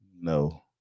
No